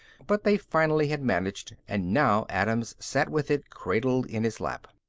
but they finally had managed and now adams sat with it cradled in his lap.